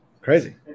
crazy